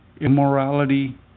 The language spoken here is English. immorality